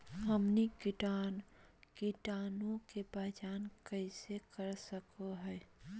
हमनी कीटाणु के पहचान कइसे कर सको हीयइ?